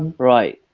right.